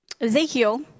Ezekiel